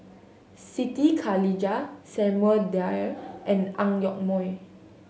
Siti Khalijah Samuel Dyer and Ang Yoke Mooi